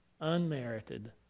unmerited